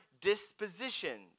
dispositions